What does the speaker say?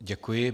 Děkuji.